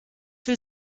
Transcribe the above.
will